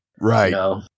Right